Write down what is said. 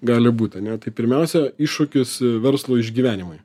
gali būt ane tai pirmiausia iššūkis verslo išgyvenimui